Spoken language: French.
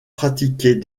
pratiquaient